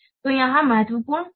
तो यहाँ महत्वपूर्ण गुमनामी है